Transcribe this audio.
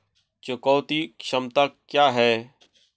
चुकौती क्षमता क्या है?